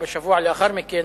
ובשבוע לאחר מכן,